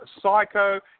psycho